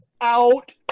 Out